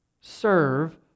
Serve